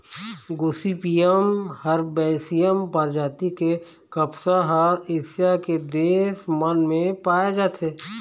Gossypium herbaceum परजाति के कपसा ह एशिया के देश मन म पाए जाथे